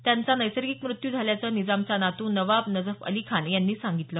त्यांना नैसर्गिक मृत्यू आल्याचं निजामचा नातू नवाब नजफ अली खान यांनी सांगितलं